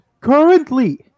currently